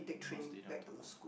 not Stadium Dakota